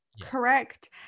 correct